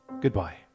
goodbye